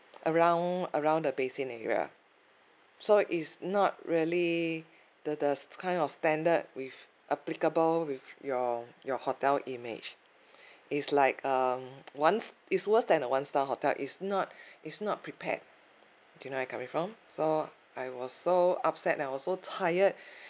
around around the basin area so is not really the the kind of standard with applicable with your your hotel image is like uh once it's worse than one star hotel is not is not prepared you know I coming from so I was so upset and also tired